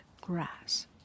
grass